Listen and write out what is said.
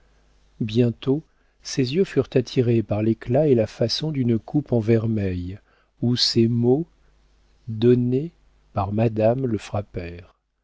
bientôt ses yeux furent attirés par l'éclat et la façon d'une coupe de vermeil où ces mots donné par madame le frappèrent